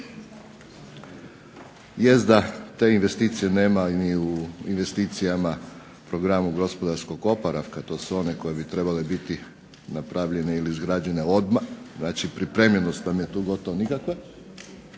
Jest da te investicije nema ni u investicijama, programu gospodarskog oporavka, to su one koje bi trebale biti napravljene ili izgrađene odmah, znači pripremljenost nam je tu gotovo nikakva,